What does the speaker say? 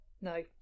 No